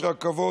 יש רכבות.